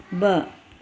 ॿ